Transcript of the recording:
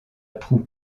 proue